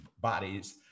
bodies